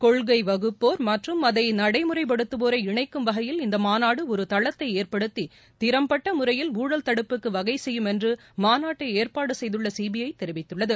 கொள்கை வகுப்போர் மற்றும் அதை நடைமுறைப்படுத்துவோரை இணைக்கும் வகையில் இந்த மாநாடு ஒரு தளத்தை ஏற்படுத்தி திறம்பட்ட முறையில் ஊழல் தடுப்புக்கு வகை செய்யும் என்று மாநாட்டை ஏற்பாடு செய்துள்ள சிபிஐ தெரிவித்துள்ளது